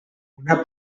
una